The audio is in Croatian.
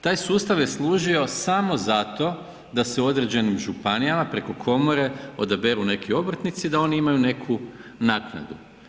Taj sustav je služio samo zato da se u određenim županijama preko komore odaberu neki obrtnici da oni imaju neku naknadu.